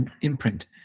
imprint